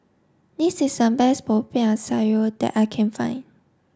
this is a best Popiah Sayur that I can find